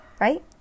right